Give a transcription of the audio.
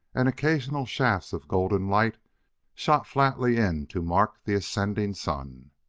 and occasional shafts of golden light shot flatly in to mark the ascending sun.